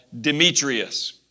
Demetrius